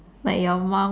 like your mom